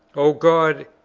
o god,